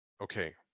okay